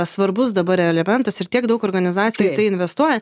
svarbus dabar elementas ir tiek daug organizacijų į tai investuoja